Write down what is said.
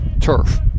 turf